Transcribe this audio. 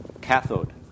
cathode